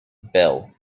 bill